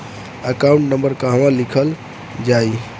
Account number कहवा लिखल जाइ?